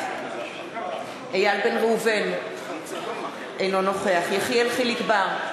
בעד אייל בן ראובן, אינו נוכח יחיאל חיליק בר,